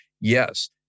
Yes